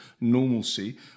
normalcy